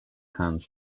hands